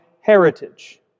heritage